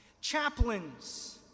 chaplains